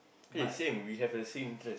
eh same we have the same interest